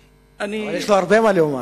אלכס, תן לו עוד.